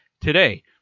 today